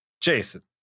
Jason